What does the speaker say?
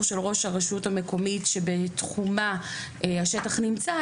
של ראש הרשות המקומית שבתחומה השטח נמצא,